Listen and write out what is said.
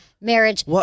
Marriage